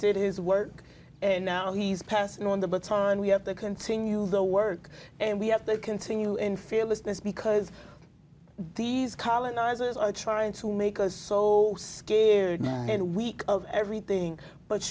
did his work and now he's passing on the baton we have to continue the work and we have to continue in fearlessness because these colonizers are trying to make us saw scared and weak of everything but